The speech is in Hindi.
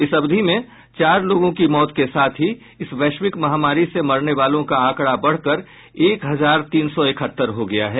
इसी अवधि में चार लोगों की मौत के साथ ही इस वैश्विक महामारी से मरने वालों का आंकड़ा बढ़कर एक हजार तीन सौ इकहत्तर हो गया है